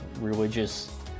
religious